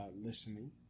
listening